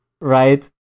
right